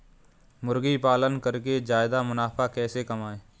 मुर्गी पालन करके ज्यादा मुनाफा कैसे कमाएँ?